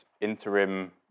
interim